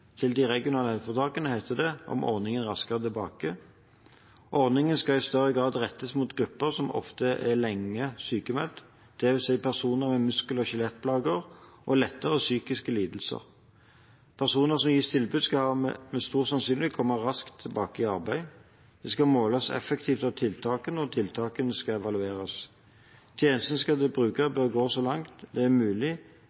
til de regionale helseforetakene heter det om ordningen Raskere tilbake: «Ordningen skal i større grad rettes mot grupper som ofte er lenge sykmeldt, dvs. personer med muskel- og skjelettplager og lettere psykiske lidelser. Personer som gis tilbud skal med stor sannsynlighet komme raskere tilbake i arbeid. Det skal måles effekt av tiltakene, og tiltakene skal evalueres. Tjenestene til brukerne bør så langt det er mulig